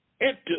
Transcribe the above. enter